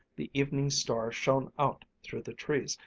the evening star shone out through the trees,